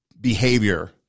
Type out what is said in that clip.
Behavior